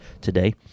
today